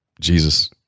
Jesus